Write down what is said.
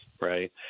right